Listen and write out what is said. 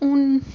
हून